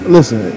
Listen